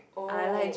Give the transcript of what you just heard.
oh